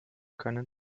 können